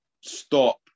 stop